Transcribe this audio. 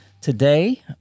today